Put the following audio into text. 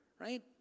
right